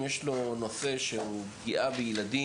אם יש לו נושא של פגיעה בילדים,